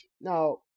Now